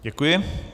Děkuji.